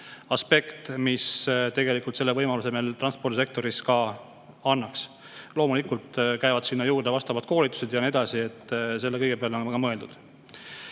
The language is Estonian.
aspekt, mis selle võimaluse meile transpordisektoris annaks. Loomulikult käivad sinna juurde vastavad koolitused ja nii edasi, selle kõige peale on mõeldud.